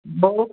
बौ